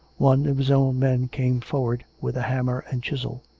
one of his own men came forward with a hammer and chisel.